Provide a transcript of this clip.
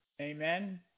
Amen